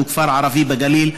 שהוא כפר ערבי בגליל,